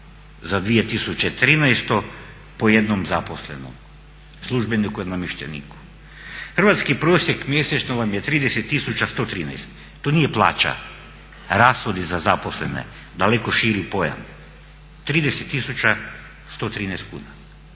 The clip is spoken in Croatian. za 2013. po jednom zaposlenom službeniku ili namješteniku. Hrvatski prosjek mjesečno vam je 30 tisuća 113. To nije plaća, rashodi za zaposlene daleko širi pojam, 30 tisuća